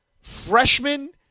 freshman